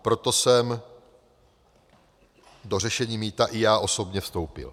Proto jsem do řešení mýta i já osobně vstoupil.